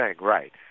right